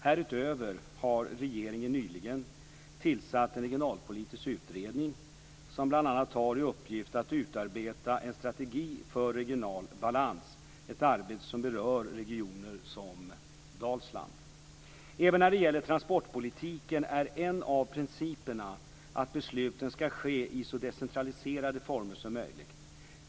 Härutöver har regeringen nyligen tillsatt en regionalpolitisk utredning som bl.a. har i uppgift att utarbeta en strategi för regional balans, ett arbete som berör regioner som Dalsland. Även när det gäller transportpolitiken är en av principerna att besluten skall ske i så decentraliserade former som möjligt.